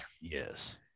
Yes